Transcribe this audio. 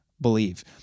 believe